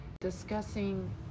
discussing